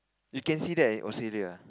you can see that in Australia ah